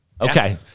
Okay